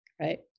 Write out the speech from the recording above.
Right